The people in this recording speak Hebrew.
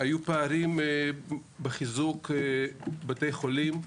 היו פערים בחיזוק בתי חולים,